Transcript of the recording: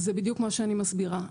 זה בדיוק מה שאני מסבירה.